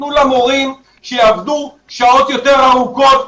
תתנו למורים שיעבדו שעות יותר ארוכות.